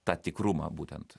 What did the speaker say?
tą tikrumą būtent